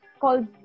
called